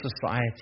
society